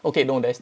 okay no there's